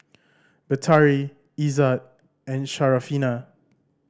Batari Izzat and Syarafina